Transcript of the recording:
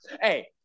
Hey